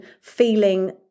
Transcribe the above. feeling